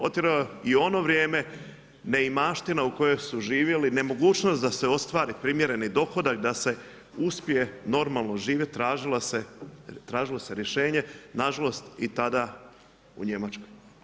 Otjerala ju je u ono vrijeme neimaština u kojoj su živjeli, nemogućnost da se ostvari primjereni dohodak, da se uspije normalno živjeti, tražilo se rješenje, nažalost i tada u Njemačkoj.